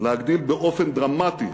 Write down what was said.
להגדיל באופן דרמטי